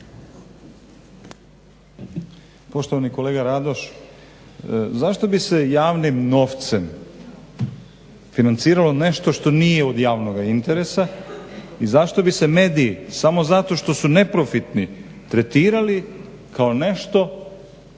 Poštovani kolega Radoš, zašto bi se javnim novcem financiralo nešto što nije od javnog interesa i zašto bi se medij samo zato što su neprofitni tretirali kao nešto